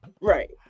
right